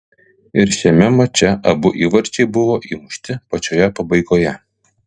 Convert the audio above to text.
ir šiame mače abu įvarčiai buvo įmušti pačioje pabaigoje